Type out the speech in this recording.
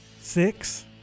six